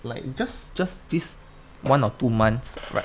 like you just just this one or two months right